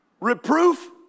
Reproof